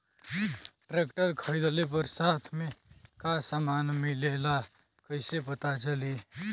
Tractor खरीदले पर साथ में का समान मिलेला कईसे पता चली?